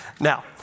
Now